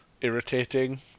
irritating